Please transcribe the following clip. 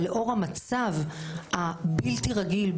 אבל לאור המצב הבלתי רגיל,